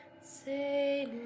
say